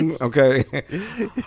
okay